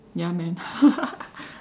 ya man